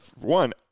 One